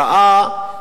ראה,